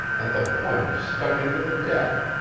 and the point stuck into the deck.